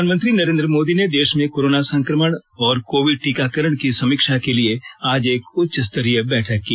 प्रधानमंत्री नरेन्द्र मोदी ने देश में कोरोना संक्रमण और कोविड टीकाकरण की समीक्षा के लिए आज एक उच्चस्तरीय बैठक की